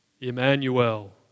Emmanuel